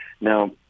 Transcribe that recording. Now